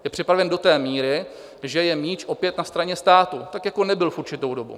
Je připraven do té míry, že je míč opět na straně státu, tak jako nebyl v určitou dobu.